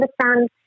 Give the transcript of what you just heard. understand